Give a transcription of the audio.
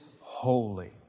holy